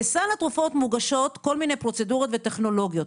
לסל התרופות מוגשות כל מיני פרוצדורות וטכנולוגיות.